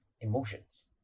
emotions